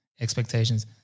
expectations